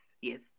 Yes